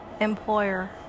employer